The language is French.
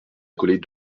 accolés